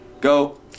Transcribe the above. go